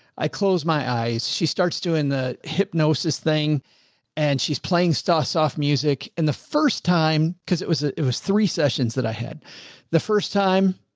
i close my eyes. she starts doing the hypnosis thing and she's playing stoss off music. and the first time, cause it was a, it was three sessions that i had the first time.